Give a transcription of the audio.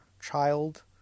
child